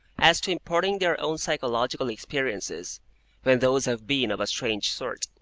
as to imparting their own psychological experiences when those have been of a strange sort.